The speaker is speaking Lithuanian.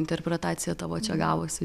interpretacija tavo čia gavosi